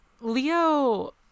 Leo